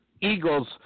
Eagles